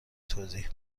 توضیح